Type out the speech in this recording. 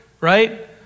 right